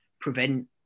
prevent